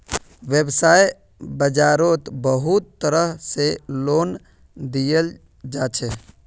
वैव्साय बाजारोत बहुत तरह से लोन दियाल जाछे